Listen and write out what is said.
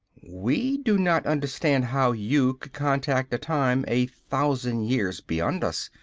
we do not understand how you could contact a time a thousand years beyond us.